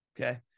Okay